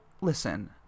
listen